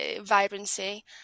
vibrancy